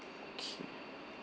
okay